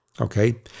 okay